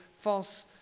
false